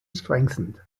strengthened